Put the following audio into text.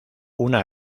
una